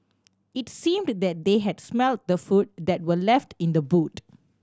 it seemed that they had smelt the food that were left in the boot